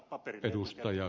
arvoisa puhemies